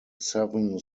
seven